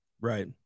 right